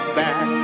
back